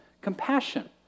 compassion